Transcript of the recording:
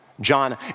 John